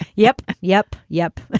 yep, yep, yep.